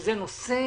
שזה נושא